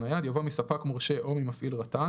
נייד" יבוא "מספק מורשה או ממפעיל רט"ן",